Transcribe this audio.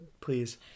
please